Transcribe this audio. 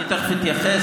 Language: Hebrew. אני תכף אתייחס,